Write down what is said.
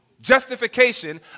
justification